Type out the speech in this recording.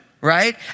right